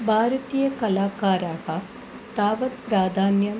भारतीयकलाकाराः तावत् प्राधान्यम्